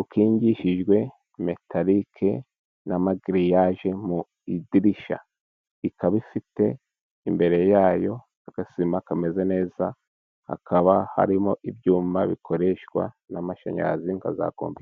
ukingishijwe metarike n'amagiriyaje mu idirishya. Ikaba ifite imbere yayo agasima kameze neza, hakaba harimo ibyuma bikoreshwa n'amashanyarazi nka za kompiyuta.